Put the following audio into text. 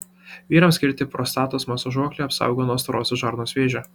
vyrams skirti prostatos masažuokliai apsaugo nuo storosios žarnos vėžio